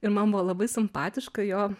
ir man buvo labai simpatiška jo